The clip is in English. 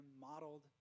modeled